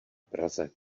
praze